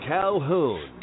Calhoun